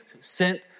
sent